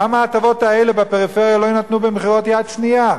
למה ההטבות האלה בפריפריה לא יינתנו במכירות יד שנייה?